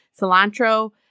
cilantro